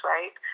Right